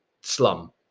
slum